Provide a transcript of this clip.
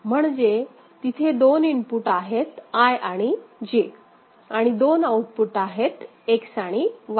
म्हणजे तिथे दोन इनपुट आहेत I आणि J आणि दोन आउटपुट आहेत X आणि Y